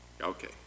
Okay